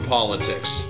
Politics